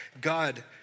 God